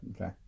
Okay